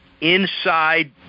inside